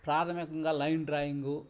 ప్రాథమికంగా line drawing